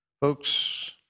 Folks